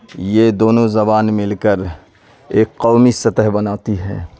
یہ دونوں زبان مل کر ایک قومی سطح بناتی ہے